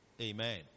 Amen